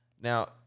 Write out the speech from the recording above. now